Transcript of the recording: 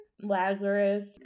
Lazarus